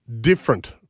different